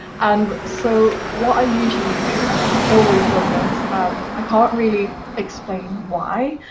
and so what i usually do, and i have always done this, and i can't really explain why,